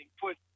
put